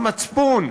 המצפון,